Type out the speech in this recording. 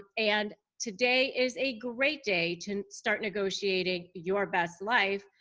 and today is a great day to start negotiating your best life.